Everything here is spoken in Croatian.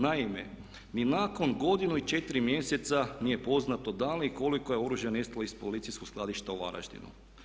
Naime, ni nakon godinu i 4 mjeseca nije poznato da li i koliko je oružja nestalo iz policijskog skladišta u Varaždinu.